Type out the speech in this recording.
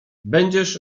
będziesz